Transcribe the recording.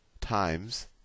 times